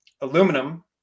Aluminum